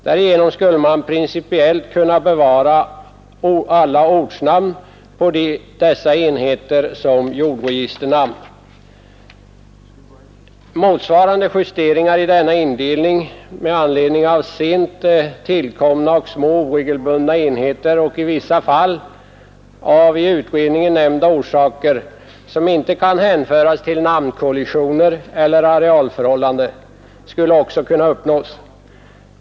Härigenom skulle man principiellt kunna bevara alla ortnamn på dessa enheter som jordregisternamn. Motsvarande justeringar i denna indelning med anledning av sent tillkomna och små, oregelbundna enheter och i vissa fall av i utredningen nämnda orsaker, som inte kan hänföras till namnkollisioner eller arealförhållanden, skulle också kunna uppnås.